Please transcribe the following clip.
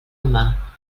humà